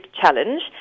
challenge